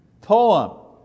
poem